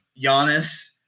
Giannis